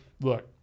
look